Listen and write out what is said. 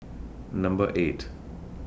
Number eight